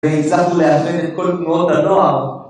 והצלחנו לאחד את כל תנועות הנוער.